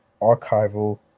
archival